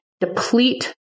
deplete